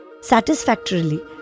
satisfactorily